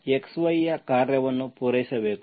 xy ಯ ಕಾರ್ಯವನ್ನು ಪೂರೈಸಬೇಕು